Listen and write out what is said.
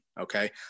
okay